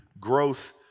growth